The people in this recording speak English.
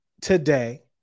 today